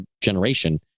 generation